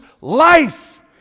life